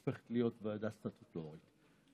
הופכת להיות ועדה סטטוטורית.